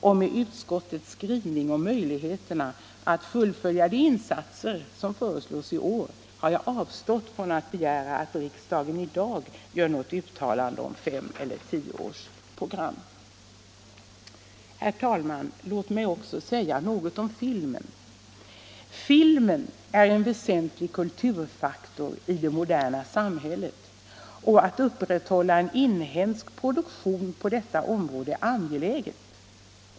Och med utskottets skrivning om möjligheterna att fullfölja de insatser som föreslås i år har jag avstått från att begära att riksdagen i dag gör något uttalande om femeller tioårsprogram. Herr talman! Låt mig också säga något om filmen. Den är en väsentlig kulturfaktor i det moderna samhället, och att upprätthålla en inhemsk produktion på detta område är angeläget.